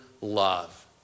love